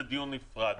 זה דיון נפרד.